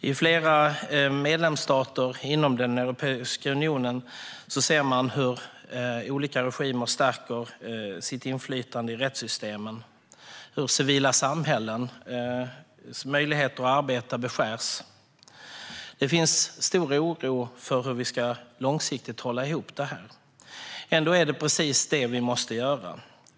I flera medlemsstater inom Europeiska unionen ser man hur olika regimer stärker sitt inflytande i rättssystemen och hur civila samhällens möjligheter att arbeta beskärs. Det finns stor oro för hur vi långsiktigt ska hålla ihop detta. Ändå är det precis det vi måste göra.